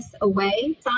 away